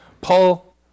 Paul